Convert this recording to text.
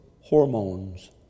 hormones